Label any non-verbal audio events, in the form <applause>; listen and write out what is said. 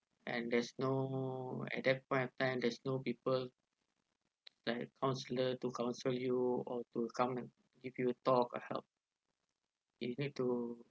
and there's no at that point of time there's no people <noise> like counsellor to counsel you or to come and give you a talk or help you need to